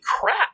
crap